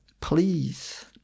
please